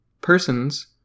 persons